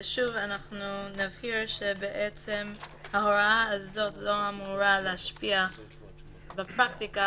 שוב נבהיר שההוראה הזאת לא אמורה להשפיע בפרקטיקה